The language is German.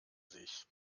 sich